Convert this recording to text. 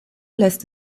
lässt